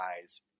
eyes